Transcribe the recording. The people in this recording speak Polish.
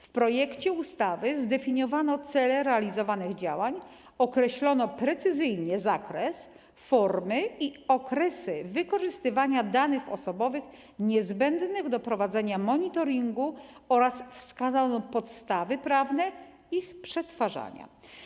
W projekcie ustawy zdefiniowano cele realizowanych działań, określono precyzyjnie zakres, formy i okresy wykorzystywania danych osobowych niezbędnych do prowadzenia monitoringu oraz wskazano podstawy prawne ich przetwarzania.